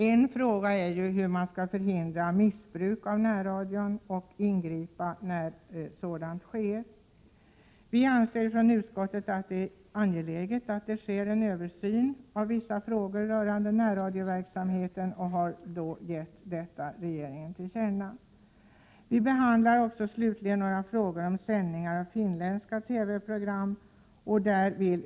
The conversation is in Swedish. En fråga är hur man skall förhindra missbruk av närradion och hur man skall ingripa när sådant sker. Vi inom utskottet anser att det är angeläget att det görs en översyn av vissa frågor rörande närradioverksamheten och hemställer att riksdagen ger regeringen till känna vad utskottet anfört. Slutligen behandlas frågan om sändningar av finländska TV-program.